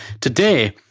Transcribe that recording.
Today